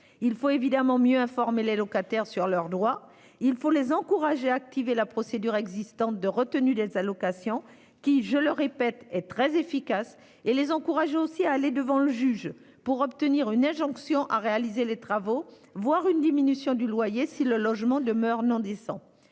Il faut évidemment mieux informer les locataires sur leurs droits. Il faut les encourager à activer la procédure existante de retenue des allocations, qui, je le répète, est très efficace, et les encourager à aller devant le juge pour obtenir une injonction à réaliser des travaux, voire une diminution du loyer si le logement demeure non décent.